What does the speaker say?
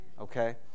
Okay